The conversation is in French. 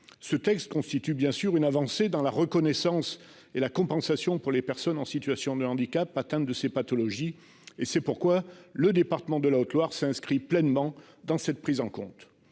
ce texte constitue une avancée en matière de reconnaissance et de compensation pour les personnes en situation de handicap atteintes de ces pathologies, et c'est pourquoi le département de la Haute-Loire s'inscrit pleinement dans cette prise en compte.